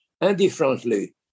indifferently